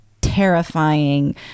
terrifying